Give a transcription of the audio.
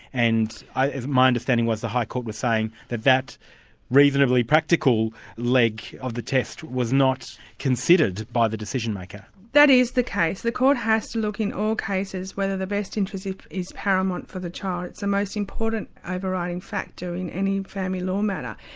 and my understanding was the high court was saying that that reasonably practical leg of the test was not considered by the decision-maker. that is the case. the court has to look in all cases whether the best interests yeah is paramount for the child, it's the most important over-riding factor in any family law matter.